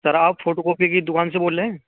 سر آپ photo copy کی دکان سے بول رہے ہیں